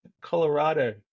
Colorado